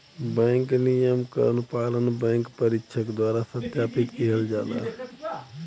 bank नियम क अनुपालन बैंक परीक्षक द्वारा सत्यापित किहल जाला